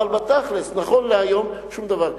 אבל בתכל'ס, נכון להיום, שום דבר.